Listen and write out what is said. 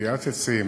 בנטיעת עצים,